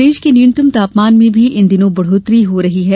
प्रदेश के न्यूनतम तापमान में भी इन दिनों बढ़ोतरी हो रही है